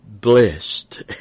blessed